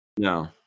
No